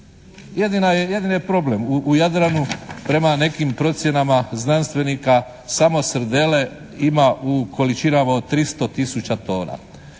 jedini je problem u Jadranu prema nekim procjenama znanstvenika, samo srdele ima u količinama od 300 tisuća tona.